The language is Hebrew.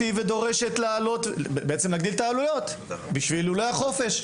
דורשת להגדיל את העלויות בשביל לולי החופש,